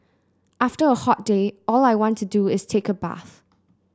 after a hot day all I want to do is take a bath